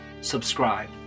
subscribe